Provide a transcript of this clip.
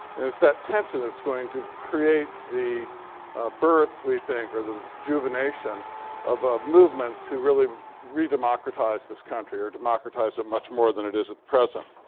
and it's that tension that's going to create the birth, we think, or the rejuvenation of a movement to really re-democratize this country or democratize it much more than it is at present.